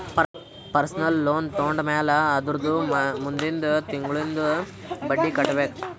personal loan ತೊಂಡಮ್ಯಾಲ್ ಅದುರ್ದ ಮುಂದಿಂದ್ ತಿಂಗುಳ್ಲಿಂದ್ ಬಡ್ಡಿ ಕಟ್ಬೇಕ್